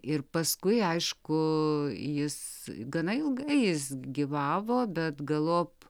ir paskui aišku jis gana ilgai jis gyvavo bet galop